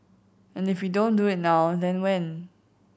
and if we don't do it now then when